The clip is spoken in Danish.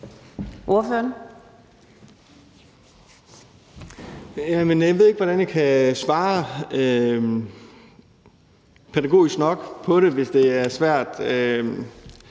(V): Jeg ved ikke, hvordan jeg kan svare pædagogisk nok på det, hvis det er svært